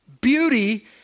beauty